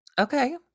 okay